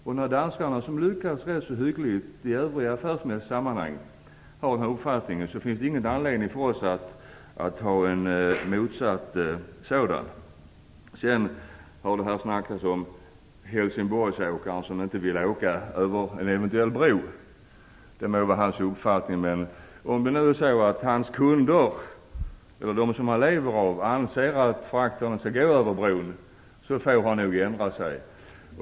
Och när danskarna, som lyckats rätt hyggligt i övriga affärsmässiga sammanhang, har den uppfattningen finns det ingen anledning för oss att ha en motsatt sådan. Det har också pratats om Helsingborgsåkaren som inte vill åka över en eventuell bro. Om hans kunder, som han lever av, anser att frakterna skall gå över bron får han nog ändra sig.